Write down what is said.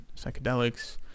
psychedelics